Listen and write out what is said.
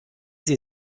sie